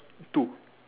two